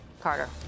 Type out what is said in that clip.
Carter